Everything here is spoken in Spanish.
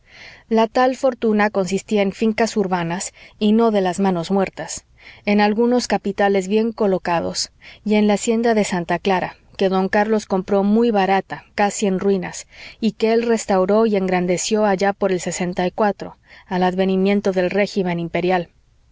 la tal fortuna consistía en fincas urbanas y no de las manos muertas en algunos capitales bien colocados y en la hacienda de santa clara que don carlos compró muy barata casi en ruinas y que él restauró y engrandeció allá por el al advenimiento del régimen imperial